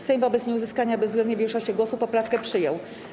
Sejm wobec nieuzyskania bezwzględnej większości głosów poprawkę przyjął.